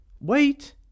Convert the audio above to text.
wait